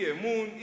אי-אמון,